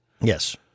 Yes